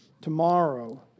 tomorrow